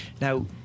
Now